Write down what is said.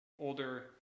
older